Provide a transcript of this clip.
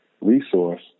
resource